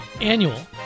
annual